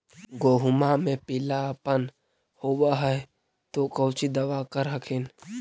गोहुमा मे पिला अपन होबै ह तो कौची दबा कर हखिन?